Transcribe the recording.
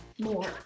more